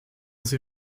sie